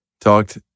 talked